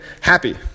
happy